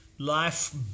Life